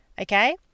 okay